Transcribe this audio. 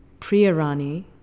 Priyarani